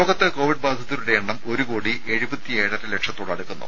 ലോകത്ത് കോവിഡ് ബാധിതരുടെ എണ്ണം ഒരു കോടി എഴുപത്തി ഏഴര ലക്ഷത്തോട് അടുക്കുന്നു